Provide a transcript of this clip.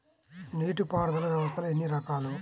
నీటిపారుదల వ్యవస్థలు ఎన్ని రకాలు?